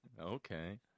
okay